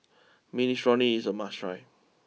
Minestrone is a must try